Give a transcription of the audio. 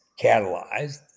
catalyzed